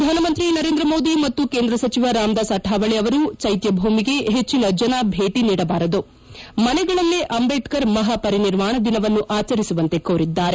ಪ್ರಧಾನ ಮಂತ್ರಿ ನರೇಂದ್ರ ಮೋದಿ ಮತ್ತು ಕೇಂದ್ರ ಸಚಿವ ರಾಮದಾಸ್ ಅಕಾವಳೆ ಅವರು ಚ್ಲೆತ್ತಭೂಮಿಗೆ ಹೆಚ್ಲನ ಜನ ಭೇಟಿ ನೀಡಬಾರದು ಮನೆಗಳಲ್ಲೇ ಅಂದೇಡ್ಕರ್ ಮಹಾಪರಿನಿರ್ವಾಣ ದಿನವನ್ನು ಆಚರಿಸುವಂತೆ ಕೋರಿದ್ದಾರೆ